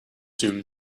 soon